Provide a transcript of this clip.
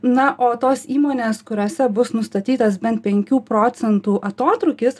na o tos įmonės kuriose bus nustatytas bent penkių procentų atotrūkis